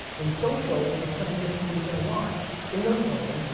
in social, it's something that somebody's gonna watch in their phone,